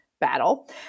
battle